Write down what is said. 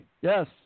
Yes